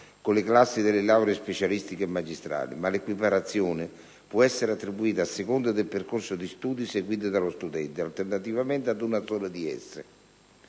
con le classi delle lauree specialistiche e magistrali, ma l'equiparazione può essere attribuita, a seconda del percorso di studi seguito dallo studente, alternativamente ad una sola di esse;